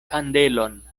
kandelon